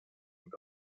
und